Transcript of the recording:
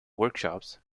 workshops